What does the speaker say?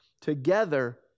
together